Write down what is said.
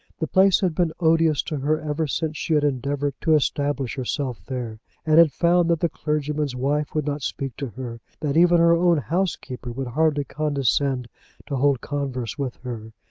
the place had been odious to her ever since she had endeavoured to establish herself there and had found that the clergyman's wife would not speak to her that even her own housekeeper would hardly condescend to hold converse with her.